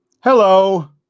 Hello